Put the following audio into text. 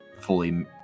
fully